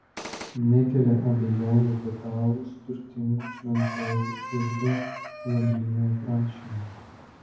nekelia abejonių detalūs turtingų šventovių iždo lobynų aprašymai